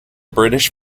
british